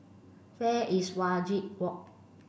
where is Wajek walk